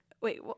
wait